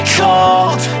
cold